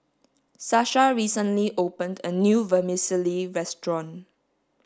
Sasha recently opened a new vermicelli restaurant